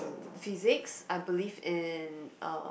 mm physics I believe in uh